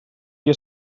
dia